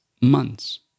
months